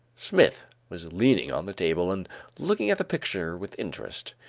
smith was leaning on the table and looking at the picture with interest.